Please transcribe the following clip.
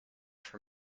for